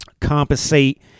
compensate